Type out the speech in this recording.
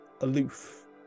aloof